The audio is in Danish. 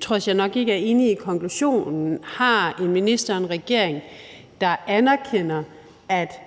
trods jeg nok ikke er enig i konklusionen – har en minister og en regering, der anerkender, at